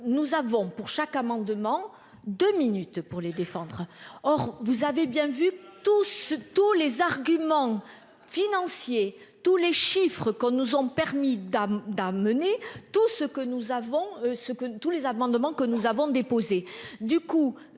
Nous avons pour chaque amendement deux minutes pour les défendre. Or, vous avez bien vu tous ceux tous les arguments financiers tous les chiffres quand nous ont permis d'amener tout ce que nous avons ce